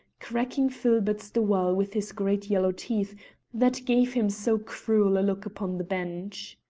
cracking filberts the while with his great yellow teeth that gave him so cruel a look upon the bench.